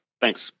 thanks